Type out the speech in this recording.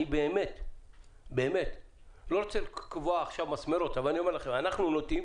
אני באמת לא רוצה לקבוע עכשיו מסמרות אבל אני אומר לכם שאנחנו נוטים